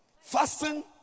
Fasting